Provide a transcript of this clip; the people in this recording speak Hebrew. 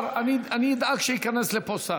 אני אדאג שייכנס לפה שר.